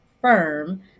firm